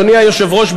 אדוני היושב-ראש,